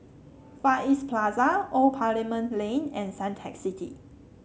Far East Plaza Old Parliament Lane and Suntec City